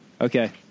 Okay